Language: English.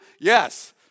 Yes